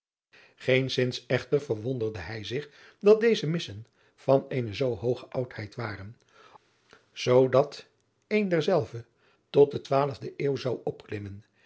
eenszins echter verwonderde hij zich dat deze issen van eene zoo hooge oudheid waren zoodat een derzelve tot de twaalfde euw zou opklimmen